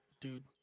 dude